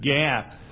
gap